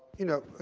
you know,